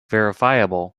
verifiable